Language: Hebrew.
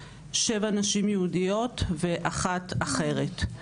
שבע נשים יהודיות ואחת אחרת.